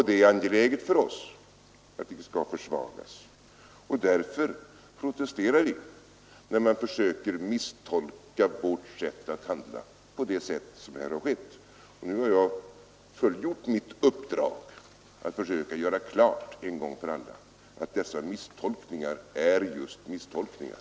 Det är angeläget för oss att det inte skall försvagas, och därför protesterar vi när man försöker misstolka vårt sätt att handla på det vis som här har skett. Nu har jag fullgjort mitt uppdrag att en gång för alla försöka göra klart att dessa misstolkningar är just misstolkningar.